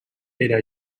era